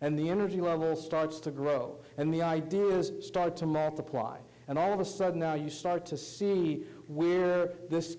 and the energy starts to grow and the idea is start to math apply and all of a sudden you start to see where this